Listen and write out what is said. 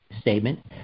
statement